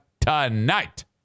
Tonight